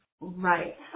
Right